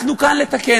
אנחנו כאן לתקן.